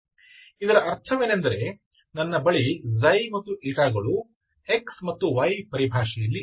ಇದರ ಅರ್ಥವೇನೆಂದರೆ ನನ್ನ ಬಳಿ ξ ಮತ್ತು η ಗಳು x y ಪರಿಭಾಷೆಯಲ್ಲಿ ಇವೆ